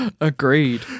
Agreed